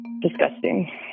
Disgusting